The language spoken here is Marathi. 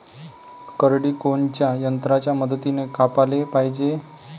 करडी कोनच्या यंत्राच्या मदतीनं कापाले पायजे?